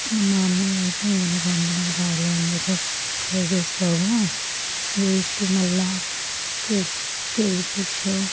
ఇంక మా అన్నయ్య అయితే ఇంక నీకు వండడం రాదులే ఎందుకు ట్రై చేస్తావు వేస్ట్ మళ్ళా కేజీ కేజీ ఫిషు